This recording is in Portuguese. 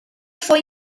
foi